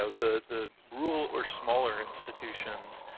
so the rural or smaller institutions